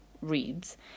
reads